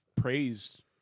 praised